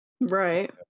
Right